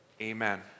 Amen